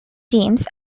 teams